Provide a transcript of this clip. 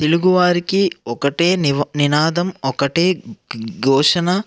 తెలుగువారికి ఒకటే నీవ నినాదం ఒకటే ఘోషణ